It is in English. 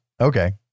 Okay